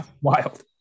wild